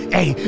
Hey